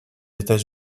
états